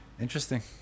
interesting